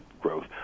growth